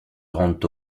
rendent